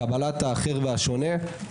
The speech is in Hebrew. קבלת האחר והשונה.